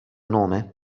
nome